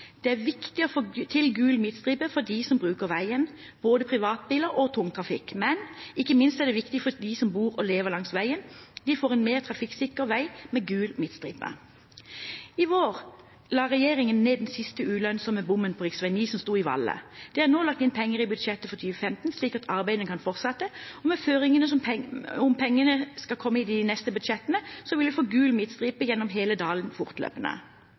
Det er viktig å få til gul midtstripe for dem som bruker veien, både privatbiler og tungtrafikk, men ikke minst er det viktig for dem som bor og lever langs veien. De får en mer trafikksikker vei med gul midtstripe. I vår la regjeringen ned den siste ulønnsomme bommen på rv. 9, som sto i Valle. Det er nå lagt inn penger i budsjettet for 2015, slik at arbeidet kan fortsette, og med føringene om at pengene skal komme i de neste budsjettene, vil en få gul midtstripe gjennom hele dalen fortløpende.